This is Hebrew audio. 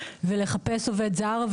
לחפש עובד זר,